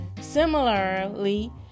Similarly